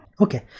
Okay